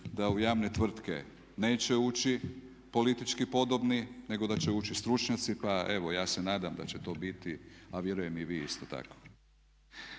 da u javne tvrtke neće ući politički podobni nego da će ući stručnjaci pa evo ja se nadam da će to biti, a vjerujem i vi isto tako.